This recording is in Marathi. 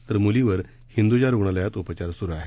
तर मुलीवर हिंदुजा रूग्णालयात उपचार सुरू आहेत